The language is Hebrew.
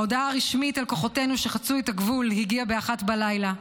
ההודעה הרשמית על כוחותינו שחצו את הגבול הגיעה ב-01:00,